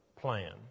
plan